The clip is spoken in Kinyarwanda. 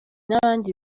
n’abandi